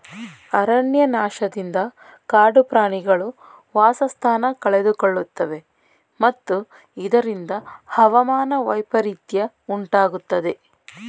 ಅರಣ್ಯನಾಶದಿಂದ ಕಾಡು ಪ್ರಾಣಿಗಳು ವಾಸಸ್ಥಾನ ಕಳೆದುಕೊಳ್ಳುತ್ತವೆ ಮತ್ತು ಇದರಿಂದ ಹವಾಮಾನ ವೈಪರಿತ್ಯ ಉಂಟಾಗುತ್ತದೆ